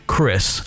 Chris